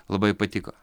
labai patiko